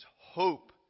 hope